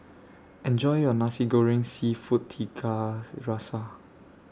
Enjoy your Nasi Goreng Seafood Tiga Rasa